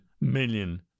million